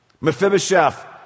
Mephibosheth